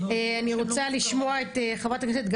אני רוצה לשמוע את חברת הכנסת,